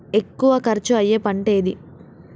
ఎక్కువ ఖర్చు అయ్యే పంటేది?